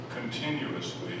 continuously